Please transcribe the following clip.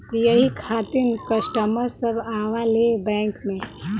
यही खातिन कस्टमर सब आवा ले बैंक मे?